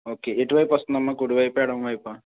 okay ఎటువైపు వస్తుందమ్మా కుడివైపా ఎడంవైపా